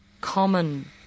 common